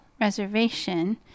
reservation